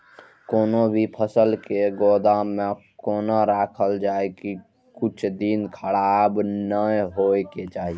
कोनो भी फसल के गोदाम में कोना राखल जाय की कुछ दिन खराब ने होय के चाही?